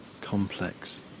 complex